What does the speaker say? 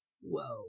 Whoa